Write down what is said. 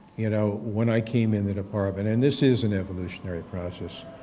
you know. when i came in the department, and this is an evolutionary process.